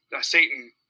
Satan